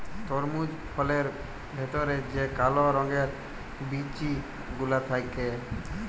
তরমুজ ফলের ভেতর যে কাল রঙের বিচি গুলা থাক্যে